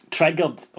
Triggered